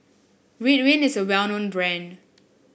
Ridwind is a well known brand